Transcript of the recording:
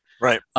Right